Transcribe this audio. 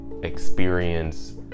experience